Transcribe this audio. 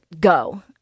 go